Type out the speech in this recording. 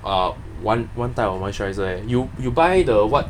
uh one one type of moisturiser eh you you buy the what